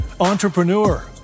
entrepreneur